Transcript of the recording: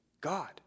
God